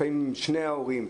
לפעמים עם שני ההורים.